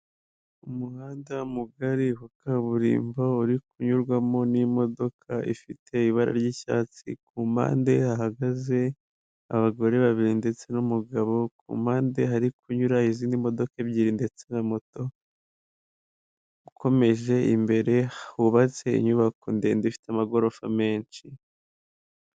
Umuhanda mugari wa kaburimbo uri kunyurwamo n'imodoka ifite ibara ry'icyatsi, ku mpande hahagaze abagore babiri ndetse n'umugabo. Ku mpande hari kunyura izindi modoka ebyiri ndetse na moto. Ukomeje imbere hubatse inyubako ndende ifite amagorofa menshi.